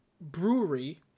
brewery